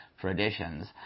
traditions